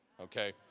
Okay